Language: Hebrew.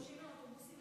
הביקושים לאוטובוסים